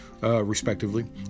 Respectively